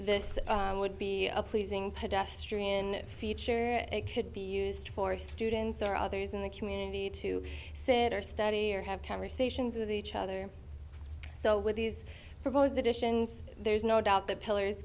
this would be a pleasing pedestrian feature and it could be used for students or others in the community to sit or study or have conversations with each other so with these proposed additions there's no doubt that pillar